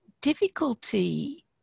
difficulty